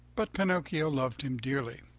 but pinocchio loved him dearly.